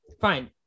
Fine